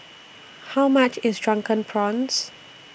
How much IS Drunken Prawns